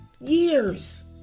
years